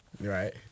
right